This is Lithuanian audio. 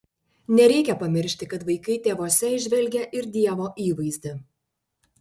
nereikia pamiršti kad vaikai tėvuose įžvelgia ir dievo įvaizdį